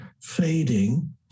fading